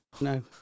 No